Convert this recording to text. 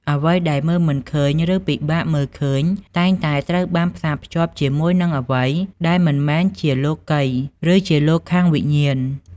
អ្វីដែលមើលមិនឃើញ ឬពិបាកមើលឃើញ តែងតែត្រូវបានផ្សារភ្ជាប់ជាមួយនឹងអ្វីដែលមិនមែនជាលោកិយ ឬជាលោកខាងវិញ្ញាណ ។